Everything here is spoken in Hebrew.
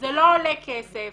זה לא עולה כסף,